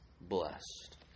blessed